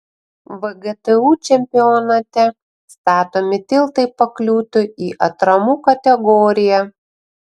vgtu čempionate statomi tiltai pakliūtų į atramų kategoriją